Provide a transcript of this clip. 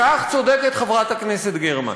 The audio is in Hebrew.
בכך צודקת חברת הכנסת גרמן.